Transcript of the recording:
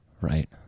Right